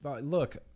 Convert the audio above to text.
look